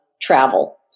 travel